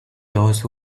those